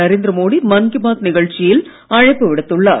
நரேந்திர மோடி மன் கீ பாத் நிகழ்ச்சியில் அழைப்பு விடுத்துள்ளார்